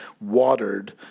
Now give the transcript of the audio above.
watered